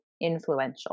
influential